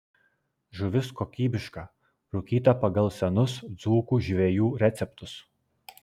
žuvis kokybiška rūkyta pagal senus dzūkų žvejų receptus